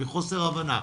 מחוסר הבנה.